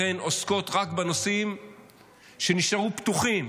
הן עוסקות רק בנושאים שנשארו פתוחים,